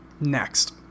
Next